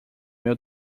meu